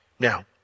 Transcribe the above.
Now